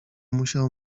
musiał